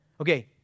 Okay